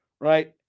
right